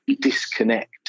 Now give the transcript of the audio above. disconnect